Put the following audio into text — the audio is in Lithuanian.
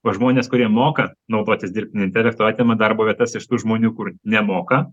o žmonės kurie moka naudotis dirbtiniu intelektu atima darbo vietas iš tų žmonių kur nemoka